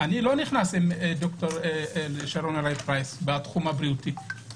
אני לא נכנס עם ד"ר שרון אלרעי פרייס לתחום הבריאותי,